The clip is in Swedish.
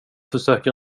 försöker